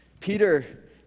Peter